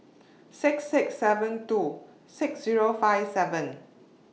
six six seven two six Zero five seven